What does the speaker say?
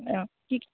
অঁ কি